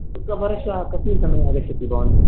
प्रपरश्वः कति समये आगच्छति भवान्